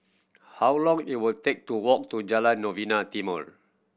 how long will it take to walk to Jalan Novena Timor